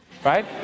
Right